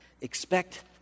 Expect